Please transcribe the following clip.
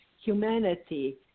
humanity